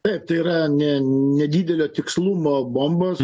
taip tai yra ne nedidelio tikslumo bombos